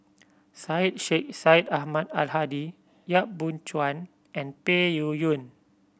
Syed Sheikh Syed Ahmad Al Hadi Yap Boon Chuan and Peng Yuyun